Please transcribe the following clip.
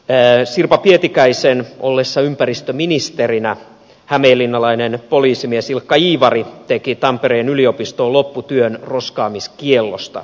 sirpa pietikäisen ollessa ympäristöministerinä hämeenlinnalainen poliisimies ilkka iivari teki tampereen yliopistoon lopputyön roskaamiskiellosta